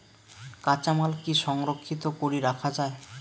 কাঁচামাল কি সংরক্ষিত করি রাখা যায়?